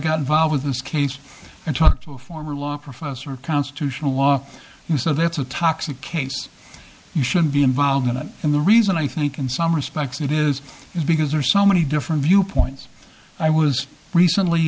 got involved with this case and talked to a former law professor of constitutional law who so that's a toxic case you should be involved in it and the reason i think in some respects it is is because there are so many different viewpoints i was recently